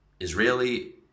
Israeli